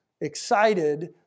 excited